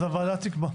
אז הוועדה תקבע.